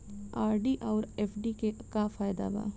RD आउर FD के का फायदा बा?